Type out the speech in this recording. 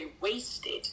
wasted